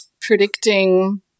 predicting